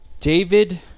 David